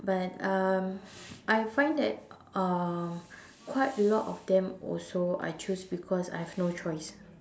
but um I find that um quite a lot of them also I choose because I have no choice